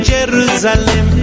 Jerusalem